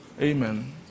Amen